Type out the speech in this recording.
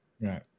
Right